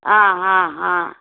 हाँ हाँ हाँ